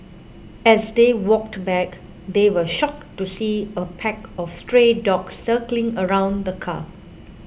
as they walked back they were shocked to see a pack of stray dogs circling around the car